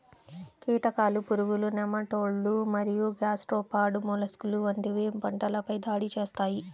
కీటకాలు, పురుగులు, నెమటోడ్లు మరియు గ్యాస్ట్రోపాడ్ మొలస్క్లు వంటివి పంటలపై దాడి చేస్తాయి